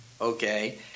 okay